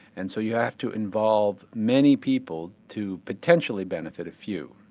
and so you have to involve many people to potentially benefit a few.